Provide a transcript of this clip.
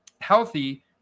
healthy